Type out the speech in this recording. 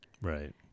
right